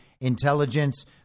intelligence